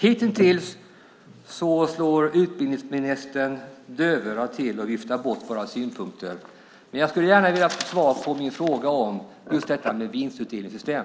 Hittills har utbildningsministern slagit dövörat till och viftat bort våra synpunkter. Jag skulle gärna vilja ha svar på min fråga om vinstutdelningssystem.